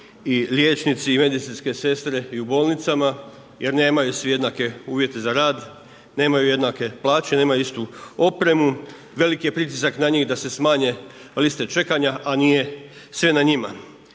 i liječnici i medicinske sestre i u bolnicama jer nemaju svi jednake uvjete za rad, nemaju jednake plaće, nemaju istu opremu, veliki je pritisak na njih da se smanje liste čekanja a nije sve na njima.